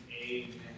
Amen